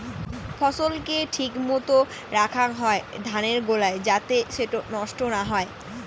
ফছল কে ঠিক মতো রাখাং হই ধানের গোলায় যাতে সেটো নষ্ট না হই